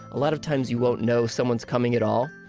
a lot of times you won't know someone's coming at all.